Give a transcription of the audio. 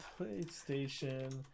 PlayStation